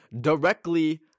directly